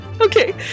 Okay